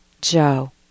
Joe